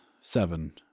seven